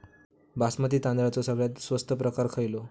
बासमती तांदळाचो सगळ्यात स्वस्त प्रकार खयलो?